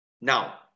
now